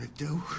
do.